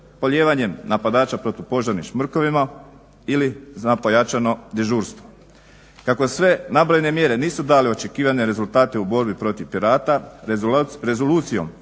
polijevanjem napadača protupožarnim šmrkovima ili za pojačano dežurstvo. Kako sve nabrojene mjere nisu dale očekivane rezultate u borbi protiv pirata Rezolucijom